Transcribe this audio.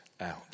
out